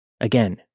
Again